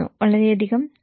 വളരെയധികം നന്ദി